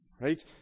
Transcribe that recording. Right